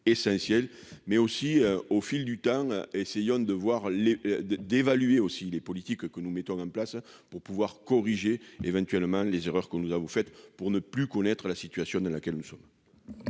mais aussi au fil du temps, essayons de voir les 2 évaluer aussi les politiques que nous mettons en place pour pouvoir corriger éventuellement les erreurs que nous avons fait pour ne plus connaître la situation dans laquelle nous sommes.